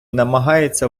намагається